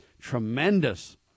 Tremendous